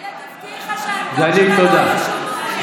אני אגיד לכם גם את דעתי.